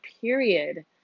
period